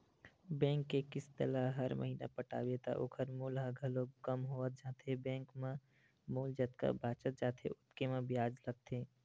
bank के किस्त ल हर महिना पटाबे त ओखर मूल ह घलोक कम होवत जाथे बेंक म मूल जतका बाचत जाथे ओतके म बियाज लगथे